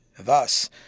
Thus